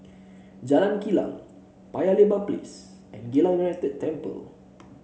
Jalan Kilang Paya Lebar Place and Geylang United Temple